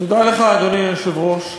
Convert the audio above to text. תודה לך, אדוני היושב-ראש.